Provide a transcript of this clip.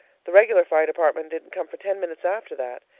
the regular fire department didn't come for ten minutes after that.